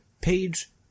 page